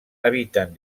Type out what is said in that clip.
habiten